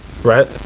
Right